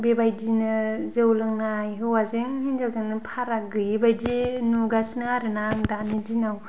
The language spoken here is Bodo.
बे बायदिनो जौ लोंनाय हौवाजों हिनजावजोंनो फाराग गैयि बायदि नुगासिनो आरो ना दानि दिनाव